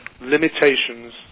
limitations